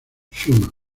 schumann